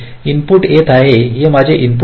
input येत आहे हे माझे इनपुट आहे